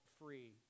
free